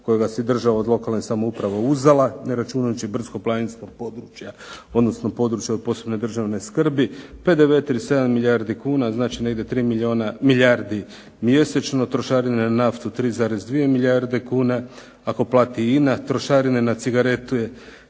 kojega si država od lokalne samouprave uzela ne računajući brdsko-planinska područja odnosno područja od posebne državne skrbi. PDV 37 milijardi kuna, znači negdje 3 milijardi mjesečno, trošarine na naftu 3,2 milijarde kuna ako plati INA, trošarine na cigarete